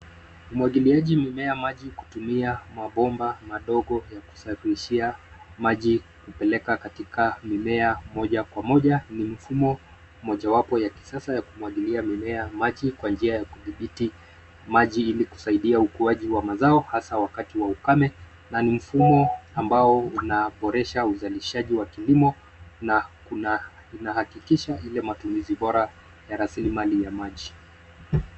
Umwagiliaji mimea maji kutumia mabomba madogo ya kusafirishia maji kupeleka katika mimea moja kwa moja, ni mfumo mojawapo ya kisasa ya kumwagilia mimea maji kwa njia ya kudhibiti maji ili kusaidia ukuaji wa mazao hasa wakati wa ukame, na mfumo ambao unaboresha uzalishaji wa kilimo na kuhakikisha matumizi bora ya rasilimali ya maji.